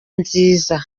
nziza